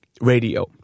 radio